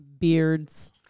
beards